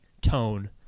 tone